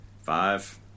five